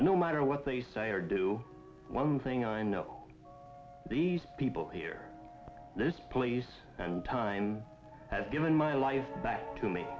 but no matter what they say or do one thing i know these people here this place and time have given my life back to me